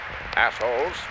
assholes